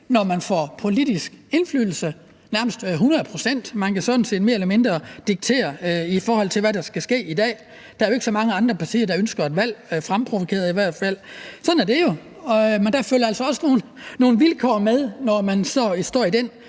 når man får politisk indflydelse, nærmest hundrede procent. Man kan i dag sådan set mere eller mindre diktere, hvad der skal ske. Der er jo ikke så mange andre partier, der ønsker et valg fremprovokeret i hvert fald. Sådan er det jo. Men der følger altså også nogle vilkår med, når man står i den